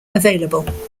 available